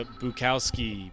bukowski